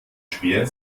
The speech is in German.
schwer